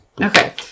Okay